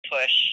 push